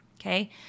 Okay